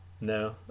No